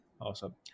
Awesome